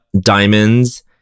diamonds